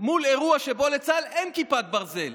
מול אירוע שבו לצה"ל אין כיפת ברזל,